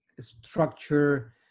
structure